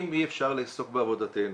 אם אי אפשר לעסוק בעבודתנו,